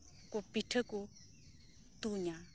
ᱠᱚ ᱯᱤᱴᱷᱟᱹᱠᱚ ᱛᱩᱧᱟ